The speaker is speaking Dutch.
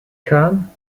gaan